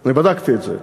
אני בדקתי את זה,